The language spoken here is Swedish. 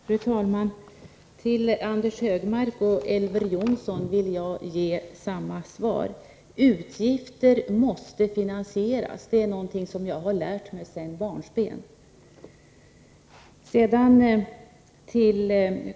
Fru talman! Till Anders Högmark och Elver Jonsson vill jag ge samma svar: Utgifter måste finansieras. Det är någonting som jag har vetat sedan barnsben.